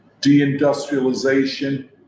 Deindustrialization